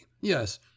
yes